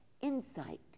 insight